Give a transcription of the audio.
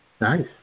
Nice